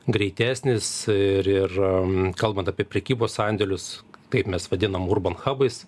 greitesnis ir ir kalbant apie prekybos sandėlius kaip mes vadinam urbanchabais